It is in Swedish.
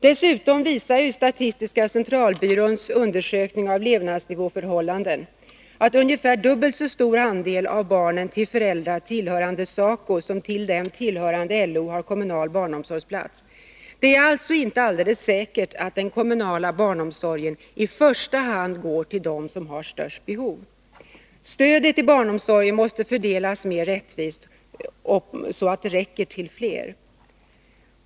Dessutom visar statistiska centralbyråns undersökning av levnadsnivåförhållandena att ungefär dubbelt så stor andel av barnen till föräldrar tillhörande SACO som till föräldrar tillhörande LO har kommunal barnomsorgsplats. Det är alltså inte alldeles säkert att den kommunala barnomsorgen i första hand går till dem som har störst behov. Stödet till barnomsorgen måste fördelas mer rättvist, så att det räcker till fler.